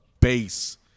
bass